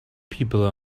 people